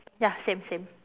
ya same same